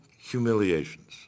humiliations